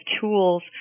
tools